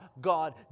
God